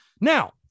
Now